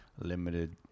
limited